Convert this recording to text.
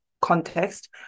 context